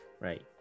Right